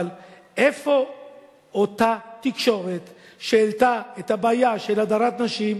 אבל איפה אותה תקשורת שהעלתה את הבעיה של הדרת נשים?